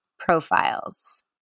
profiles